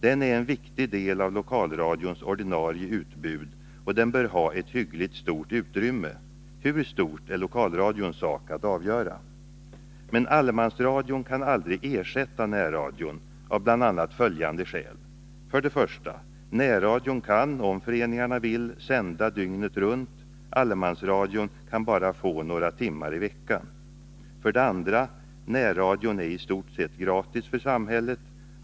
Den är en viktig del av lokalradions ordinarie utbud, och den bör ha ett hyggligt stort utrymme; hur stort är lokalradions sak att avgöra. Men allemansradion kan aldrig ersätta närradion, av bl.a. följande skäl: 1. Närradion kan, om föreningarna vill, sända dygnet runt. Allemansradion kan bara få några timmar i veckan. 2. Närradion äristort sett gratis för samhället.